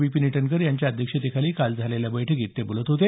विपीन इटनकर यांच्या अध्यक्षतेखाली काल झालेल्या विशेष बैठकीत ते बोलत होते